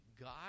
God